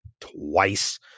twice